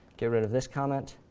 get rid of this comment,